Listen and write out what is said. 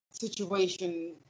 situation